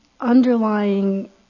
underlying